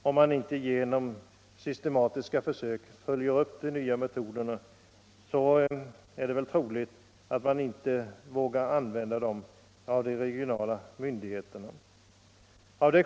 Om man inte genom systematiska försök följer upp dessa metoder, vågar troligen inte de regionala myndigheterna acceptera dem.